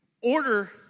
Order